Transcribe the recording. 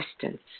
distance